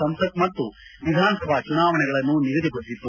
ಸಂಸತ್ ಮತ್ತು ವಿಧಾನಸಭಾ ಚುನಾವಣೆಗಳನ್ನು ನಿಗದಿಪಡಿಸಿತ್ತು